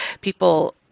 people